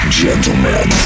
gentlemen